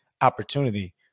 opportunity